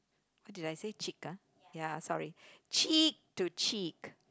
did I say chick ya sorry cheek to cheek